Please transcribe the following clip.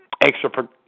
extra